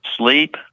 sleep